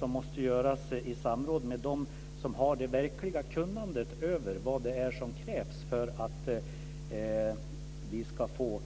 Det måste göras i samråd med dem som har det verkliga kunnandet om vad som krävs för att vi ska få